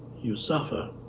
you suffer.